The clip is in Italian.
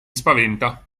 spaventa